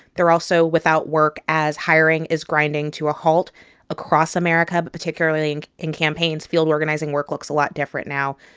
they're also without work as hiring is grinding to a halt across america, but particularly and in campaigns. field organizing work looks a lot different now.